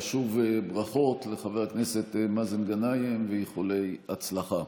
ושוב ברכות לחבר הכנסת מאזן גנאים ואיחולי הצלחה.